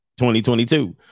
2022